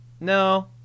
no